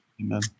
Amen